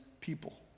people